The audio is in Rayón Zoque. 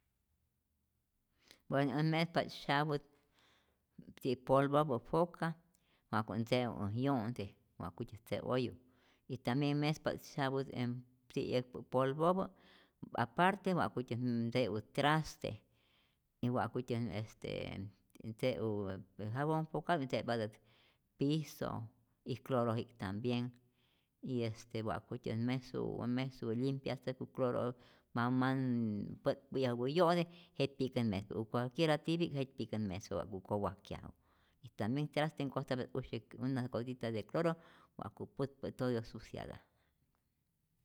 Bueno ät mespa't syapu't ti'yäk polvopä foca, wa'ku't ntze'u äj yo'nte, wa'kutyät tze'oye' y tambien mespat syaput en ti'yäkpä polvopä aparte wa'kutyät ntze'u traste y wa'kutyä este ntzeu je jabon focabi'k, ntze'patät piso y cloroji'k tambien y este wa'kutyät mesu mesu lyimpyatzäkä cloro' ma man pä'tpäyajupä' yo'te, jetpi'kät mespa o cualquiera tipi'k, jetypi'kät mespa wa'ku kowajkyaju y tambien traste nkojtapya't usyäk unas gotitas de cloro wa'ku putpä' todo suciada